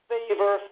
Favor